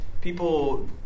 people